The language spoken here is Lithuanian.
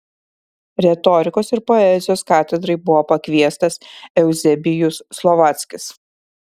retorikos ir poezijos katedrai buvo pakviestas euzebijus slovackis